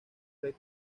red